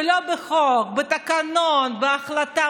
ולא בחוק, בתקנות, בהחלטה.